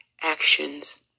actions